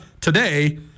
today